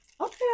Okay